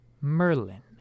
Merlin